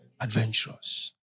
Adventurous